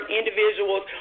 individuals